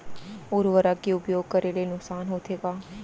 उर्वरक के उपयोग करे ले नुकसान होथे का?